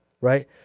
right